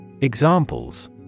Examples